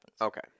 Okay